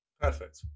Perfect